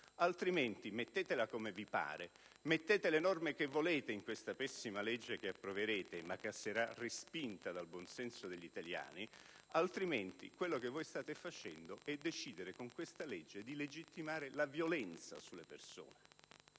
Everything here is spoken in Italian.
Altrimenti, mettetela come vi pare, mettete le norme che volete in questa pessima legge che approverete (ma che sarà respinta dal buon senso degli italiani), quello che voi state facendo è decidere con questa legge di legittimare la violenza sulle persone: